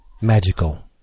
magical